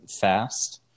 fast